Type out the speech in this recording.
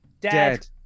dead